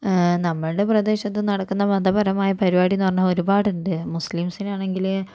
നമ്മൾടെ പ്രദേശത്ത് നടക്കുന്ന മതപരമായ പരിപാടി പറഞ്ഞാൽ ഒരുപാടുണ്ട് മുസ്ലീംസിനാണെങ്കില്